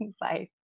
Bye